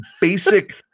Basic